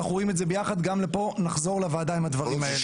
אנחנו רואים את זה ביחד גם לפה נחזור לוועדה עם הדברים האלה.